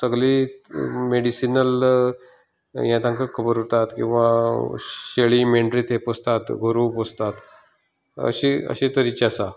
सगळी मेडिसिनल ये तांकां खबर उरतात किंवा शेळी मेंढरी ते पोसतात गोरवां पोसतात अशें अशें तरेचे आसा